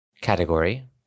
Category